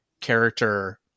character